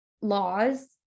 laws